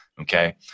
Okay